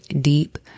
deep